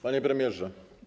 Panie Premierze!